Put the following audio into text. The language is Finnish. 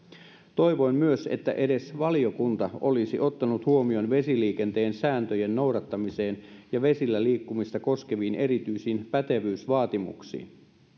toivoin myös että edes valiokunta olisi ottanut huomioon vesiliikenteen sääntöjen noudattamisen ja vesillä liikkumista koskevat erityiset pätevyysvaatimukset